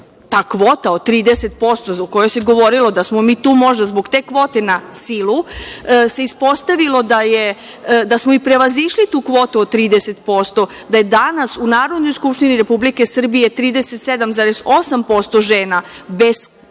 ta kvota od 30%, zbog koje se govorilo da smo mi tu možda zbog te kvote na silu, se ispostavilo da smo i prevazišli tu kvotu od 30%, da je danas u Narodnoj skupštini Republike Srbije 37,8 žena bez neke